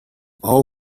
all